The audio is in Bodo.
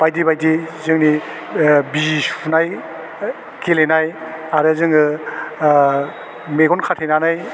बायदि बायदि जोंनि बिजि सुनाय गेलेनाय आरो जोङो मेगन खाथेनानै